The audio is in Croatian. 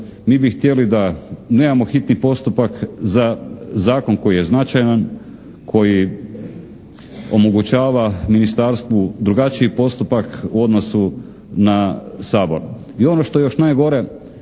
mi bi htjeli da nemamo hitni postupak za zakon koji je značajan, koji omogućava ministarstvu drugačiji postupak u odnosu na Sabor. I ono što je još najgore,